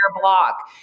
block